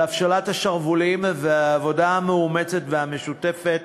על הפשלת השרוולים ועל העבודה המאומצת והמשותפת